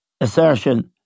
assertion